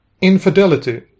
Infidelity